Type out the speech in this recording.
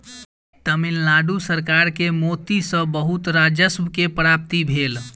तमिल नाडु सरकार के मोती सॅ बहुत राजस्व के प्राप्ति भेल